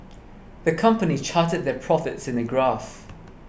the company charted their profits in a graph